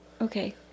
okay